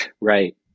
Right